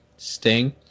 Sting